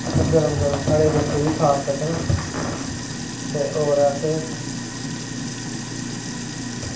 अस गरम गरम साढ़े बच्चे वी खाऽ सकन ते और अस